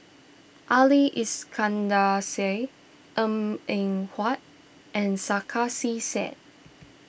Ali Iskandar Shah Eng in Huat and Sarkasi Said